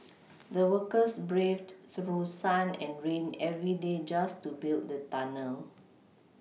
the workers braved through sun and rain every day just to build the tunnel